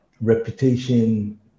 reputation